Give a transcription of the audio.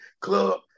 club